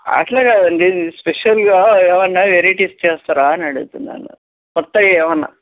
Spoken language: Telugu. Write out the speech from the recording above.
అట్లే కాదండి స్పెషల్గా ఏమన్నావెరైటీస్ చేస్తారా అని అడుగుతున్నాను కొత్తగా ఏమన్నా